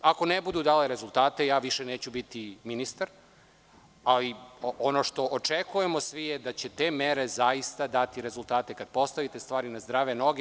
Ako ne budu dale rezultate ja više neću biti ministar, ali ono što očekujemo svi je da će te mere zaista dati rezultate, kad postavite stvari na zdrave noge.